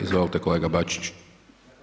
Izvolite kolega Bačić.